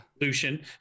Lucian